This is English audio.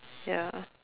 ya